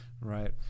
Right